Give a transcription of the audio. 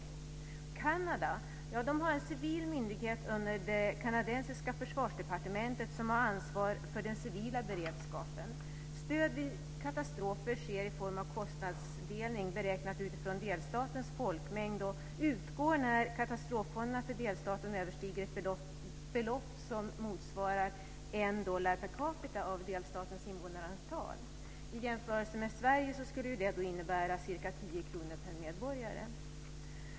I Kanada har man en civil myndighet under det kanadensiska försvarsdepartementet som har ansvar för den civila beredskapen. Stöd vid katastrofer sker i form av kostnadsdelning beräknat utifrån delstatens folkmängd och utgår när katastrofkostnaderna för delstaten överstiger ett belopp som motsvarar 1 dollar per capita av delstatens invånarantal. I en jämförelse med Sverige skulle det innebära ca 10 kr per medborgare.